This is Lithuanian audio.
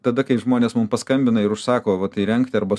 tada kai žmonės mum paskambina ir užsako vata įrengti arba